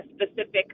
specific